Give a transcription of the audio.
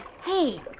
Hey